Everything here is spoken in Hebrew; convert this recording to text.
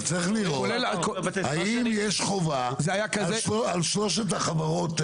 אז צריך לראות האם יש חובה על שלושת החברות.